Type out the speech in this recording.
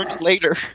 later